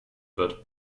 wird